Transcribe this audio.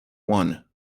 one